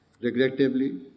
Regrettably